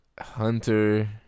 Hunter